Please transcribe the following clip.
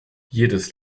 jedes